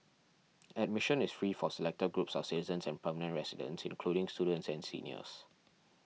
admission is free for selected groups of citizens and permanent residents including students and seniors